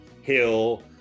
Hill